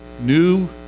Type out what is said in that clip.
new